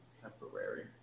temporary